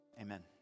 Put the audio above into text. amen